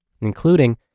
including